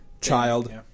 child